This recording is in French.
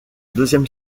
deuxième